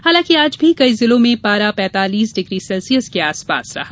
हालांकि आज भी कई जिलों में पारा पैतालीस डिग्री सेल्सियस के आसपास रहा